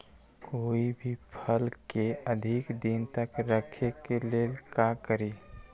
कोई भी फल के अधिक दिन तक रखे के लेल का करी?